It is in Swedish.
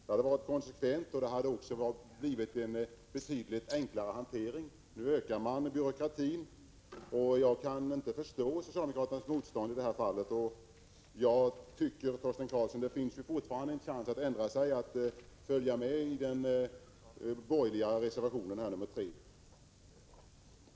Det hade varit konsekvent, och det hade också medfört en betydligt enklare hantering. Nu ökar man byråkratin. Jag kan inte förstå socialdemokraternas motstånd på denna punkt. Det finns ju, Torsten Karlsson, fortfarande en chans att ändra sig och bifalla den borgerliga reservationen nr 2.